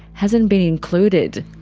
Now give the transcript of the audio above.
hasn't been included.